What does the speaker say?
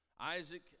Isaac